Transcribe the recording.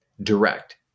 Direct